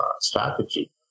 strategy